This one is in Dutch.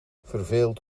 verveeld